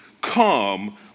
Come